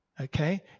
Okay